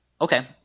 Okay